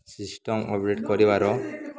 system update କରିବାର